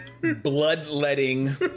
bloodletting